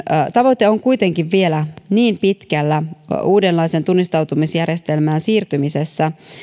tavoite on kuitenkin vielä niin pitkällä uudenlaiseen tunnistautumisjärjestelmään siirtymisessä